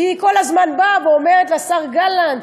היא כל הזמן באה ואומרת לשר גלנט: